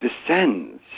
descends